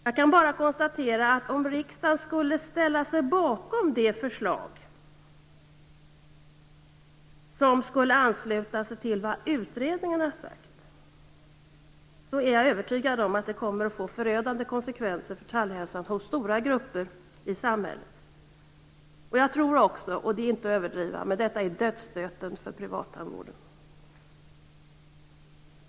Jag kan bara konstatera, att om riksdagen skulle ställa sig bakom ett förslag som ansluter sig till vad utredningen har sagt, är jag övertygad om att det skulle få förödande konsekvenser för tandhälsan hos grupper i samhället. Jag tror också - och det är inte att överdriva - att det är dödsstöten för privattandvården. Fru talman!